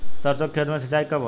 सरसों के खेत मे सिंचाई कब होला?